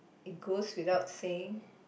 it goes without saying